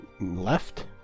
left